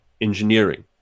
engineering